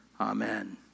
Amen